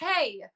hey